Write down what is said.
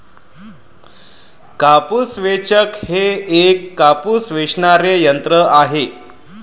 कापूस वेचक हे एक कापूस वेचणारे यंत्र आहे